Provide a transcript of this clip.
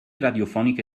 radiofoniche